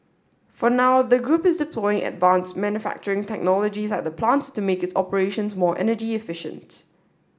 for now the group is deploying advanced manufacturing technologies at the plants to make its operations more energy efficient